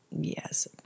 Yes